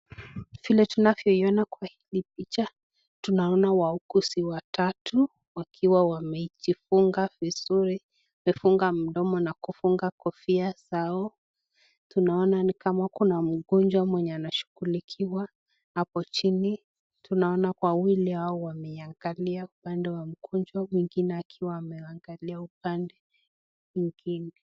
Vile tunavyo iona kwa hili picha, tunaona wauguzi watatu wakiwa wamejifunga vizuri, wamefunga mdomo na kufunga kofia zao. Tunaona nikama kuna mgonjwa mwenye anashughulikiwa hapo chini, tunaona wawili hao wameangalia upande wa mgonjwa mwengine akiwa ameangalia upande mwingine.